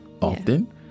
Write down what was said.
often